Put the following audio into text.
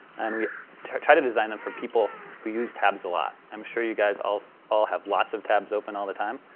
and we tried to design them for people who use tabs a lot. i'm sure you guys all all have lots of tabs open all the time.